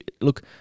Look